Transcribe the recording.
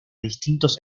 distintos